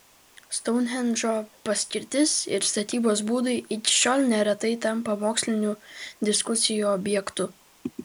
stounhendžo paskirtis ir statybos būdai iki šiol neretai tampa mokslinių diskusijų objektu